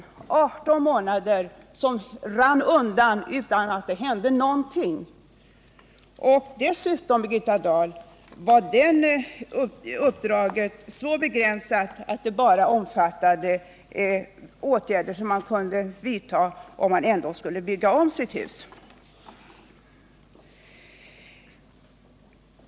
Det var 18 månader som rann undan utan att det hände någonting. Dessutom, Birgitta Dahl, var det uppdraget så begränsat att det bara omfattade åtgärder som man kunde vidta om man ändå skulle bygga om sitt hus.